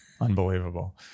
Unbelievable